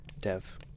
Dev